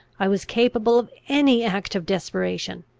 i was capable of any act of desperation.